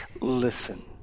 Listen